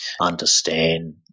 understand